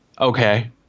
Okay